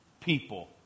people